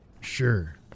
Sure